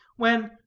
when,